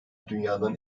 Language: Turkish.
dünyadan